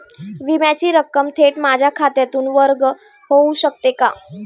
विम्याची रक्कम थेट माझ्या खात्यातून वर्ग होऊ शकते का?